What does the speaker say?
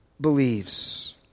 Believes